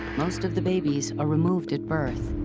most of the babies are removed at birth.